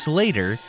later